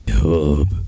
hub